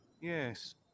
Yes